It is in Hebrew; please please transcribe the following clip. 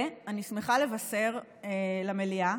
ואני שמחה לבשר למליאה